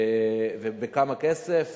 בכמה כסף